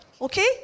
Okay